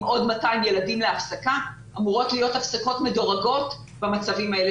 עם עוד 200 ילדים להפסקה אלא אמורות להיות הפסקות מדורגות במצבים האלה,